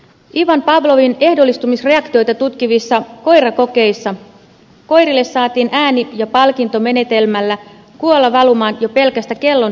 ivan pavlovin ehdollistumisreaktioita tutkivissa koirakokeissa koirille saatiin ääni ja palkintomenetelmällä kuola valumaan jo pelkästä kellon kilahduksesta